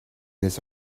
this